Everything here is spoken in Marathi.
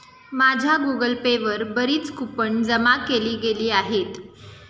माझ्या गूगल पे वर बरीच कूपन जमा केली गेली आहेत